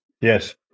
Yes